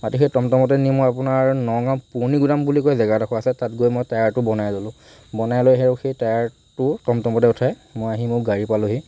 তাতে সেই টমটমতে নি আপোনাৰ নগাঁও পুৰণিগুদাম বুলি কয় জেগা এডোখৰ আছে তাত গৈ মই টায়াৰটো বনাই ল'লো বনাই লৈ আৰু সেই টায়াৰটো টমটমতে উঠাই মই আহি মোৰ গাড়ী পালোহি